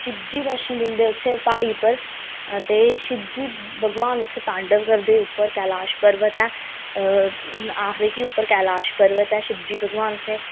शिवजी दर्शन दिंदे उत्थें प्हाड़ी उप्पर ते शिवजी भगवान उत्थें तांडव करदे उप्पर कैलाश पर्वत ऐ आखदे कि उप्पर कैलाश पर्वत ऐ शिवजी भगवान उत्थें